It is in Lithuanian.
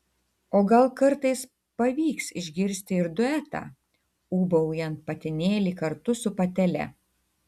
o gal kartais pavyks išgirsti ir duetą ūbaujant patinėlį kartu su patele